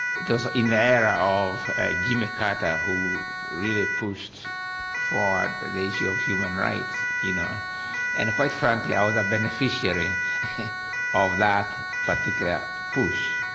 it was in the era of jimmy carter who really pushed forward but the issue of human rights, you know and quite frankly, i was a beneficiary of that particular push,